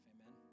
Amen